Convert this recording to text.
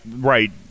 right